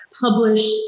published